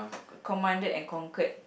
commanded and conquered